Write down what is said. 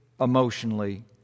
emotionally